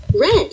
red